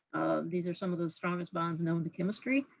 these are some of those strongest bonds known to chemistry.